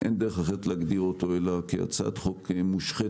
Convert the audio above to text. אין דרך אחרת להגדיר אותו, אלא כהצעת חוק מושחתת